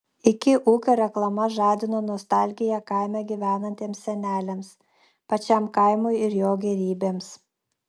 iki ūkio reklama žadino nostalgiją kaime gyvenantiems seneliams pačiam kaimui ir jo gėrybėms